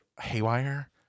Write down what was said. haywire